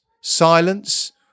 silence